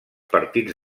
partits